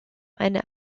eine